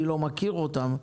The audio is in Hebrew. אני לא מכיר אותן,